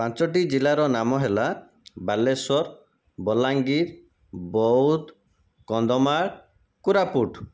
ପାଞ୍ଚଟି ଜିଲ୍ଲାର ନାମ ହେଲା ବାଲେଶ୍ୱର ବଲାଙ୍ଗୀର ବୌଦ୍ଧ କନ୍ଧମାଳ କୋରାପୁଟ